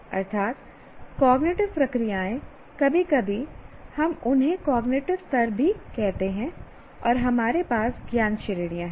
अर्थात् कॉग्निटिव प्रक्रियाएं कभी कभी हम उन्हें कॉग्निटिव स्तर भी कहते हैं और हमारे पास ज्ञान श्रेणियाँ हैं